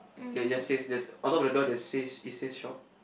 they just say there's on top of the door there's say it say shop